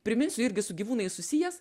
priminsiu irgi su gyvūnais susijęs